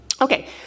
Okay